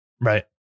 Right